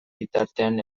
bitartean